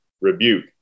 rebuke